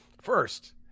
First